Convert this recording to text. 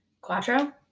Quattro